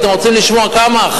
אתם רוצים לשמוע כמה?